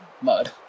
mud